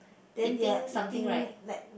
then they are eating like